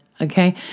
Okay